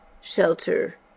shelter